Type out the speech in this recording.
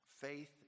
Faith